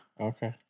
Okay